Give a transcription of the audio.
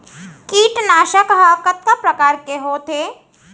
कीटनाशक ह कतका प्रकार के होथे?